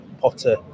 Potter